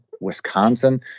Wisconsin